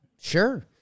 Sure